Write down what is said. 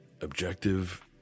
objective